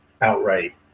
outright